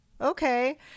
okay